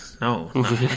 No